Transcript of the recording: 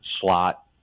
slot